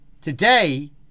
today